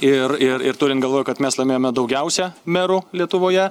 ir ir ir turint galvoj kad mes laimėjome daugiausia merų lietuvoje